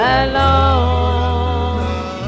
alone